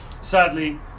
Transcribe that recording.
Sadly